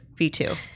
v2